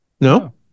No